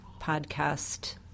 podcast